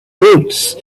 routes